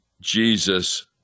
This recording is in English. Jesus